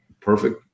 perfect